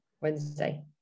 wednesday